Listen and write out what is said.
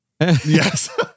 Yes